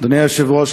אדוני היושב-ראש,